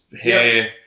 hair